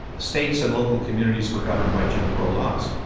states and local communities were governed by jim crow laws,